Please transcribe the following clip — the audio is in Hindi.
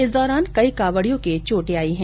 इस दौरान कई कावड़ियों के चोटें आई है